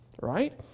right